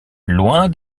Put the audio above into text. loin